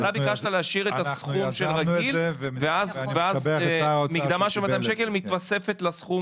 אתה ביקשת להשאיר את הסכום הרגיל ואז מקדמה של 200 שקל מתווספת לסכום